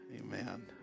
Amen